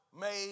made